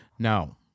Now